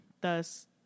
thus